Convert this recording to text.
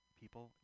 people